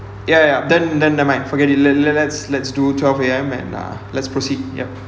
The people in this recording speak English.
ya ya ya then then never mind forget it le~ let let's let's do twelve A_M and uh let's proceed yup